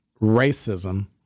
racism